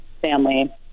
family